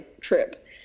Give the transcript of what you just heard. trip